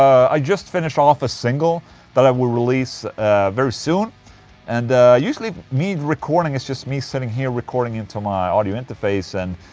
i just finished off a single that i will release very soon and usually me recording it's just me sitting here recording into my audio interface and.